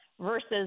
Versus